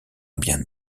bien